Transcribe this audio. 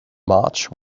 march